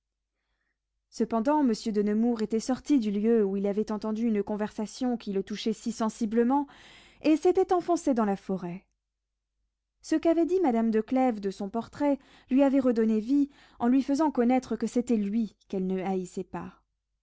cependant monsieur de nemours était sorti du lieu où il avait entendu une conversation qui le touchait si sensiblement et s'était enfoncé dans la forêt ce qu'avait dit madame de clèves de son portrait lui avait redonné la vie en lui faisant connaître que c'était lui qu'elle ne haïssait pas